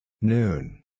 Noon